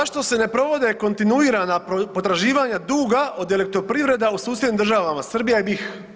Zašto se ne provode kontinuirana potraživanja duga od Elektroprivreda u susjednim državama, Srbija i BiH?